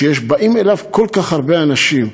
שבאים אליו כל כך הרבה אנשים.